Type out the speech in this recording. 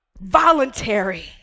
Voluntary